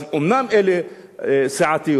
אז אומנם אלה סיעתיות,